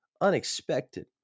unexpected